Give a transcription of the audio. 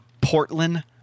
Portland